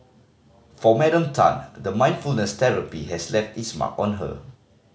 for Madam Tan the mindfulness therapy has left its mark on her